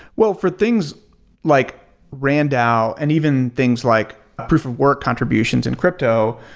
well, for things like randao and even things like proof of work contributions in crypto,